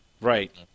Right